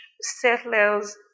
settlers